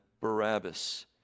Barabbas